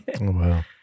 Wow